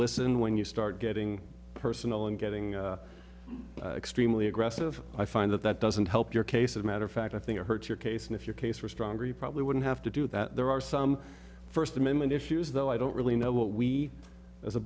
listen when you start getting personal and getting extremely aggressive i find that that doesn't help your case a matter of fact i think it hurts your case and if your case were stronger you probably wouldn't have to do that there are some first amendment issues though i don't really know what we as a